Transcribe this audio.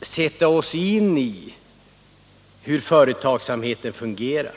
sätta oss in i hur företagsamheten fungerar.